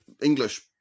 english